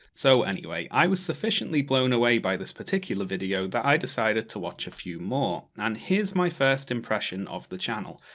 so anyway. i was sufficiently blown away by this particular video, that i decided to watch a few more. and here's my first impression of the channel.